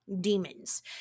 demons